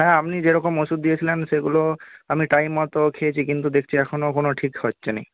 হ্যাঁ আপনি যে রকম ওষুধ দিয়েছিলেন সেগুলো আমি টাইম মতো খেয়েছি কিন্তু দেখছি এখনও কোনো ঠিক হচ্ছে না